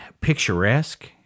picturesque